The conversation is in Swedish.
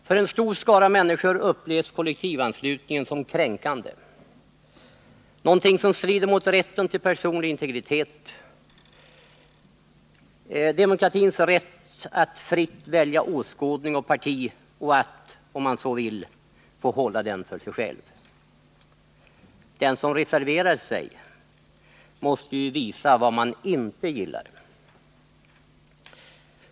För en stor skara människor upplevs kollektivanslutningen som kränkande, någonting som strider mot rätten till personlig integritet, demokratins rätt att fritt välja åskådning och parti och att, om man så vill, få hålla den för sig själv. Den som reserverar sig måste ju visa vad man inte gillar.